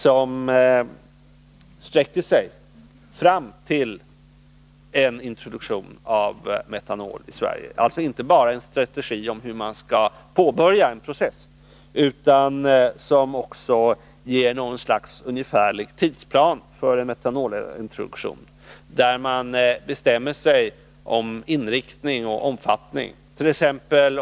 alltså inte bara en strategi om hur man skall påbörja en är en strategi som sträcker sig fram till en introduktion av process. Vi måste alltså ha en ungefärlig tidsplan för en metanolintroduktion, där man bestämmer sig för inriktning och omfattning.